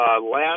last